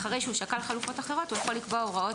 אחרי שהוא שקל חלופות אחרות הוא יכול לקבוע הוראות